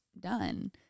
done